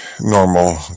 normal